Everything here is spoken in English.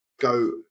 go